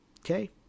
Okay